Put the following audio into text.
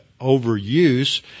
overuse